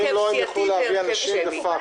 ואם לא, הם יוכלו להביא אנשים דה-פקטו.